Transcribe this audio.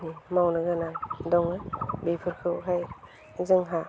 मावनो गोनां दङ बेफोरखौहाय जोंहा